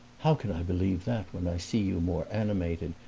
how can i believe that when i see you more animated,